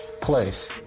place